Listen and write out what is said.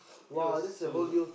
it was so good